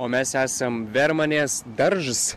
o mes esam vermanės daržs